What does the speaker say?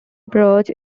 approach